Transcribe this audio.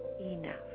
enough